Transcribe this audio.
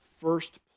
first